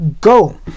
go